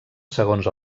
segons